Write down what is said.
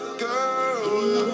girl